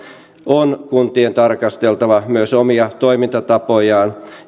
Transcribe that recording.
on kuntien tarkasteltava myös omia toimintatapojaan